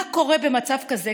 מה קורה במצב כזה,